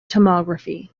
tomography